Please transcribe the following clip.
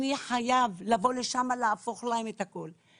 אני חייב לבוא לשם להפוך להם את הכול.